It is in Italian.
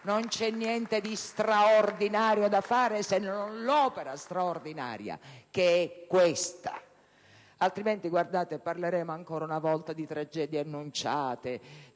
Non c'è niente di straordinario da fare se non l'opera straordinaria, che è questa. Altrimenti parleremo ancora una volta di tragedie annunciate,